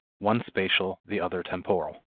one spatial, the other temporal.